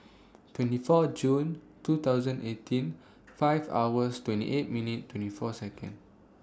twenty four June two thousand eighteen five hours twenty eight minutes twenty four Seconds